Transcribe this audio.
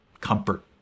comfort